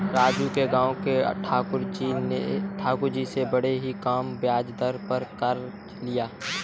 राजू ने गांव के ठाकुर जी से बड़े ही कम ब्याज दर पर कर्ज लिया